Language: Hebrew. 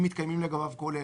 אם מתקיימים לגביו כל אלה: